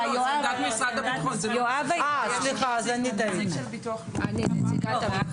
סליחה, אני טעיתי.